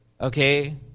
okay